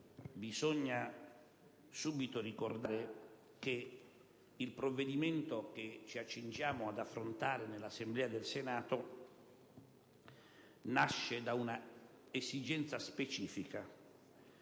bisogna subito ricordare che il provvedimento che ci accingiamo ad affrontare nell'Assemblea del Senato nasce da un'esigenza specifica,